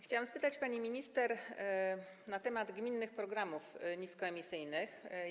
Chciałam powiedzieć, pani minister, na temat gminnych programów niskoemisyjnych.